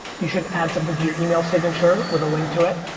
you should add something to your email signature with a link to it.